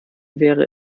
wäre